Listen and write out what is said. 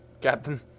Captain